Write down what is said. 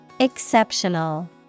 exceptional